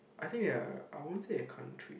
I think they are I won't say their country